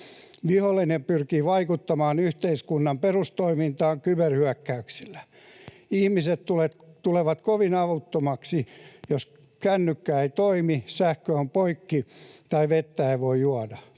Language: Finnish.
Vihollinen pyrkii vaikuttamaan yhteiskunnan perustoimintaan kyberhyökkäyksillä. Ihmiset tulevat kovin avuttomiksi, jos kännykkä ei toimi, sähkö on poikki tai vettä ei voi juoda.